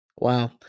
Wow